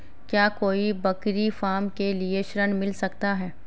क्या कोई बकरी फार्म के लिए ऋण मिल सकता है?